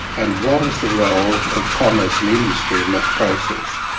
and what is the role of commerce and industry in that process.